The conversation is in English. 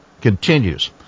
continues